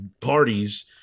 parties